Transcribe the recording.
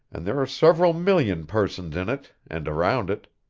and there are several million persons in it and around it.